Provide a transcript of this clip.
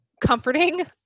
comforting